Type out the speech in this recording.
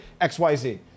XYZ